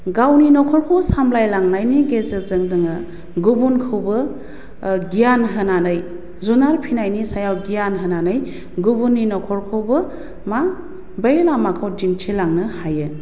गावनि न'खरखौ सामलायलांनायनि गेजेरजों जोङो गुबुनखौबो गियान होनानै जुनार फिसिनायनि सायाव गियान होनानै गुबुननि न'खरखौबो मा बै लामाखौ दिन्थिलांनो हायो